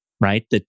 right